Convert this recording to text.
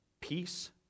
peace